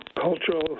cultural